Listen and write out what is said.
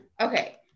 Okay